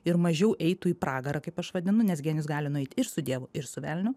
ir mažiau eitų į pragarą kaip aš vadinu nes genijus gali nueiti ir su dievu ir su velniu